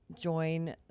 Join